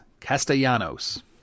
Castellanos